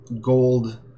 gold